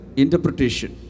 interpretation